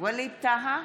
ווליד טאהא,